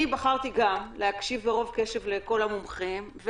בחרתי גם להקשיב ברוב קשב לכל המומחים,